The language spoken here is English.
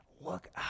look